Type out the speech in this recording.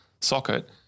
socket